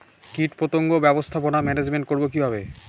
কীটপতঙ্গ ব্যবস্থাপনা ম্যানেজমেন্ট করব কিভাবে?